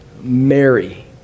Mary